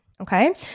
okay